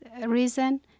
reason